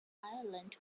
ireland